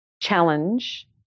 challenge